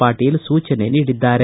ಪಾಟೀಲ ಸೂಚನೆ ನೀಡಿದ್ದಾರೆ